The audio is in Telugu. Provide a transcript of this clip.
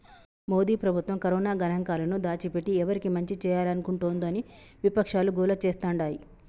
మోదీ ప్రభుత్వం కరోనా గణాంకాలను దాచిపెట్టి ఎవరికి మంచి చేయాలనుకుంటోందని విపక్షాలు గోల చేస్తాండాయి